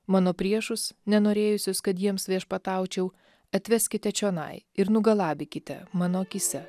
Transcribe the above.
mano priešus nenorėjusius kad jiems viešpataučiau atveskite čionai ir nugalabykite mano akyse